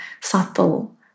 subtle